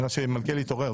אני רואה שמלכיאלי התעורר.